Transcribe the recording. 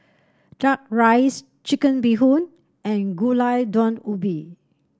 duck rice Chicken Bee Hoon and Gulai Daun Ubi